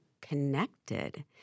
connected